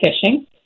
fishing